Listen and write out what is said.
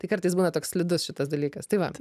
tai kartais būna toks slidus šitas dalykas tai vat